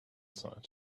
site